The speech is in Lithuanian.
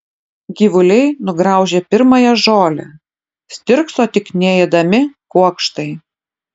gyvuliai nugraužė pirmąją žolę stirkso tik neėdami kuokštai